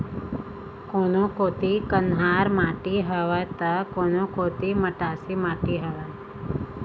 कोनो कोती कन्हार माटी हवय त, कोनो कोती मटासी माटी हवय